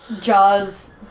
Jaws